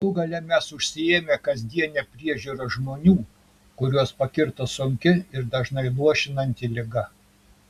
galų gale mes užsiėmę kasdiene priežiūra žmonių kuriuos pakirto sunki ir dažnai luošinanti liga